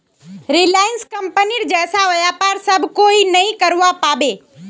Reliance कंपनीर जैसा व्यापार सब कोई नइ करवा पाबे